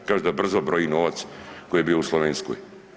Kaže da brzo broji novac koji je bio u Slovenskoj.